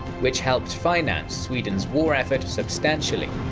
which helped finance sweden's war effort substantially.